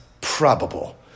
probable